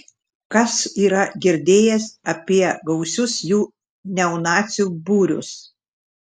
kas yra girdėjęs apie gausius jų neonacių būrius